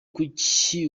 kuki